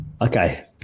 Okay